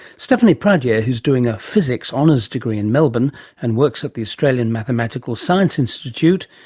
stephanie pradier, who's doing a physics honours degree in melbourne and works at the australian mathematical sciences institute,